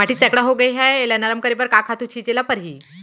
माटी सैकड़ा होगे है एला नरम करे बर का खातू छिंचे ल परहि?